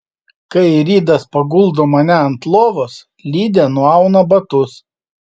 kai ridas paguldo mane ant lovos lidė nuauna batus